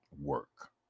work